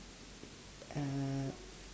uh